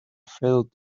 filled